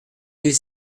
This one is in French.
mille